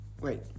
Wait